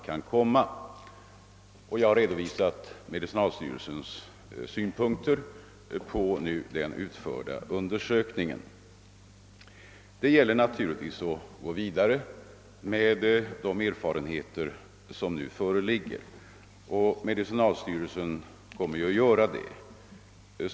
Jag har redan redovisat medicinalstyrelsens synpunkter på den utförda undersökningen. Det gäller naturligtvis att gå vidare med de erfarenheter som nu föreligger. Medicinalstyrelsen kommer att göra det.